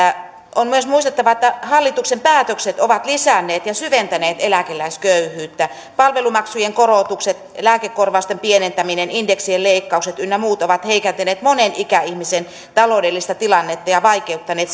on myös muistettava että hallituksen päätökset ovat lisänneet ja syventäneet eläkeläisköyhyyttä palvelumaksujen korotukset lääkekorvausten pienentäminen indeksien leikkaukset ynnä muut ovat heikentäneet monen ikäihmisen taloudellista tilannetta ja vaikeuttaneet